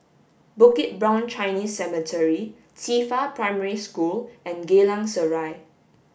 Bukit Brown Chinese Cemetery Qifa Primary School and Geylang Serai